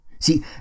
See